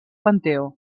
panteó